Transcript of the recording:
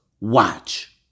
watch